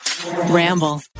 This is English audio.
Ramble